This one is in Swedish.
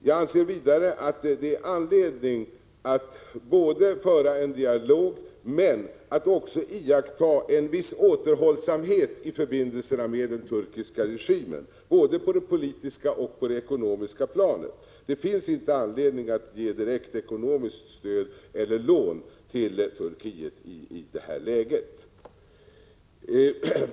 Jag anser vidare att det finns anledning att föra en dialog men att också iaktta en viss återhållsamhet i förbindelserna med den turkiska regimen såväl på det politiska som på det ekonomiska planet. Det finns ingen anledning att ge direkt ekonomiskt stöd eller lån till Turkiet i detta läge.